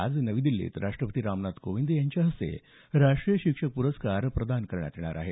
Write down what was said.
आज नवी दिछीत राष्ट्रपती रामनाथ कोविंद यांच्या हस्ते राष्ट्रीय शिक्षक प्रस्कार प्रदान करण्यात येणार आहेत